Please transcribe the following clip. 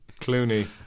Clooney